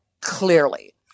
clearly